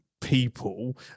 people